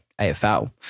AFL